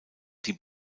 die